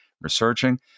Researching